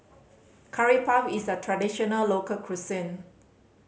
Curry Puff is a traditional local cuisine